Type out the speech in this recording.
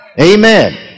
Amen